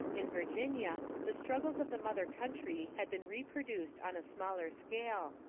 in virginia the struggles of the mother country had been reproduced on a smaller scale,